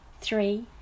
Three